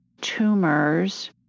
tumors